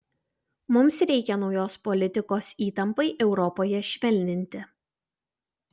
mums reikia naujos politikos įtampai europoje švelninti